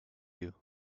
you